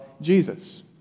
Jesus